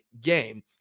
game